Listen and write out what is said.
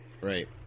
Right